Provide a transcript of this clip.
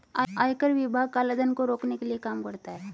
आयकर विभाग काला धन को रोकने के लिए काम करता है